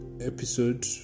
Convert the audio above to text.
episode